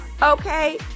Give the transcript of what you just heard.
Okay